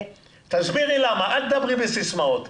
אל תדברי בסיסמאות.